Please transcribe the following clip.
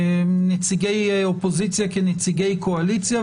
נציגי אופוזיציה כנציגי קואליציה,